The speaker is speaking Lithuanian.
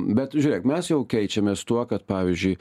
bet žiūrėk mes jau keičiamės tuo kad pavyzdžiui